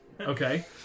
Okay